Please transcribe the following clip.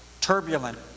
turbulent